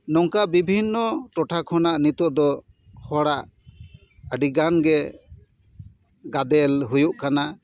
ᱱᱚᱝᱠᱟ ᱵᱤᱵᱷᱤᱱᱱᱚ ᱴᱚᱴᱷᱟ ᱠᱷᱚᱱᱟᱜ ᱱᱤᱛᱳᱜ ᱫᱚ ᱦᱚᱲᱟᱜ ᱟᱹᱰᱤ ᱜᱟᱱ ᱜᱮ ᱜᱟᱫᱮᱞ ᱦᱩᱭᱩᱜ ᱠᱟᱱᱟ